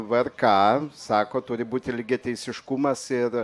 vrk sako turi būti lygiateisiškumas ir